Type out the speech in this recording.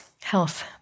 health